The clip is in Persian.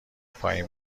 پایین